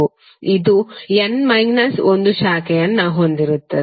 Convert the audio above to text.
ಇದು n minus ಒಂದು ಶಾಖೆಯನ್ನು ಹೊಂದಿರುತ್ತದೆ